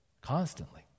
constantly